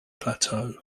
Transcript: plateau